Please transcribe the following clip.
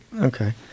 Okay